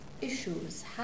issues